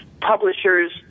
publishers